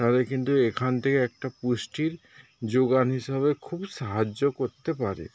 তাহলে কিন্তু এখান থেকে একটা পুষ্টির জোগান হিসাবে খুব সাহায্য করতে পারে